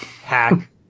Hack